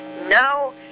no